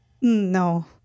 No